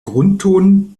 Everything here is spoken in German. grundton